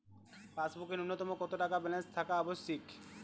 পাসবুকে ন্যুনতম কত টাকা ব্যালেন্স থাকা আবশ্যিক?